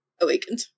awakened